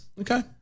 Okay